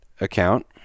account